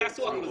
תעשו דבר אחר.